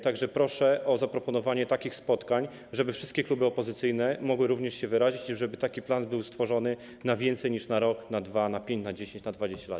Tak że proszę o zaproponowanie takich spotkań, żeby wszystkie kluby opozycyjne mogły się również wyrazić, żeby taki plan był stworzony na więcej niż rok, 2 lata, 5, 10 czy 20 lat.